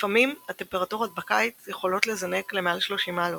לפעמים הטמפרטורות בקיץ יכולות לזנק למעל 30 המעלות,